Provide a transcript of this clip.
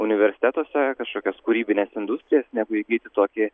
universitetuose kažkokias kūrybines industrijas negu įgyti tokį